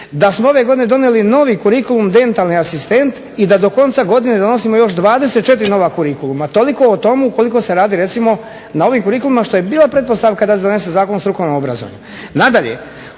da smo ove godine donijeli novi kurikulum dentalni asistent i da do konca godine donosimo još 24 nova kurikuluma. Toliko o tome koliko se radi recimo na ovim kurikulima što je bila pretpostavka da se donese Zakon o strukovnom obrazovanju. Nadalje,